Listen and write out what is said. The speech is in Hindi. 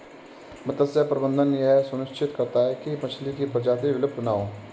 मत्स्य प्रबंधन यह सुनिश्चित करता है की मछली की प्रजाति विलुप्त ना हो